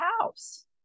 house